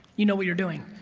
you know what you're doing.